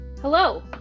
Hello